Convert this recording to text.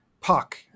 Puck